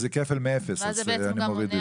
זהו כפל מאפס, אז אני מוריד את זה.